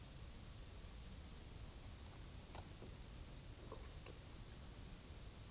12 november 1986